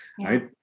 right